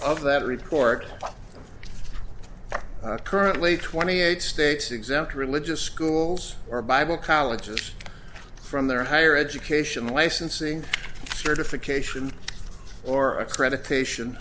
of that report currently twenty eight states exact religious schools or bible colleges from their higher education licensing certification or accreditation